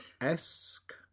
esque